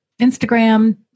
Instagram